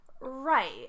Right